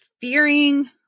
fearing